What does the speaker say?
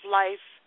life